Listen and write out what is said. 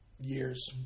years